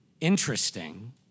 interesting